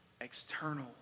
external